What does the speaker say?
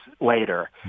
later